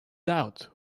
out